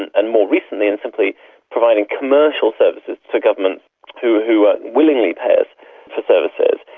and and more recently in simply providing commercial services to governments who who willingly pay us for services.